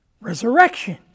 resurrection